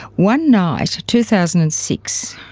one night, two thousand and six,